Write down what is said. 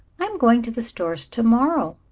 i am going to the stores to-morrow,